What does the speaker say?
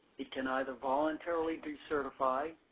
it can either voluntarily decertify